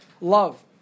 love